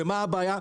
מה הבעיה?